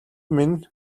минь